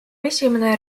esimene